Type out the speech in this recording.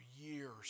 years